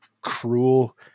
cruel